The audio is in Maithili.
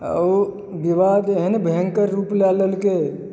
आ ओ विवाद एहन भयङ्कर रूप लए लेलकै